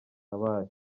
nabaye